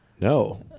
No